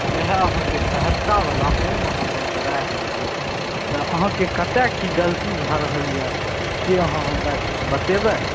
वएह अहाँके सहरसावला ओइमे अहाँ गड़बड़ाय गेलियै तऽ अहाँके कतऽ की गलती भए रहल यऽ से अहाँ हमरा किछु बतेबय